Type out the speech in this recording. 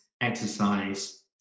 exercise